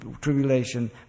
tribulation